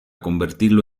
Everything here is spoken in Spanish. convertirlo